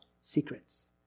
secrets